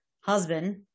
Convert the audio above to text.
husband